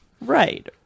right